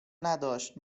نداشت